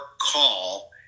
call